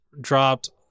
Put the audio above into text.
dropped